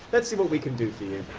let's see what we can do for you.